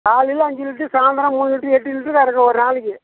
காலையில அஞ்சு லிட்ரு சாயந்தரம் மூணு லிட்ரு எட்டு லிட்ரு கறக்கும் ஒரு நாளைக்கு